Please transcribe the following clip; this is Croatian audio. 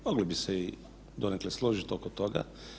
Mogli bi se i donekle složit oko toga.